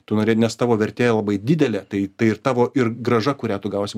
tu norėt nes tavo vertė labai didelė tai tai ir tavo ir grąža kurią tu gausi